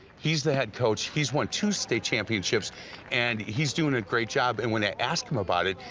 he's the head coach. he's won two state championships and he's doing a great job. and when i ask him about it,